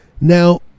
Now